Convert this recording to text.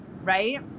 right